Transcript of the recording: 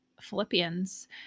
Philippians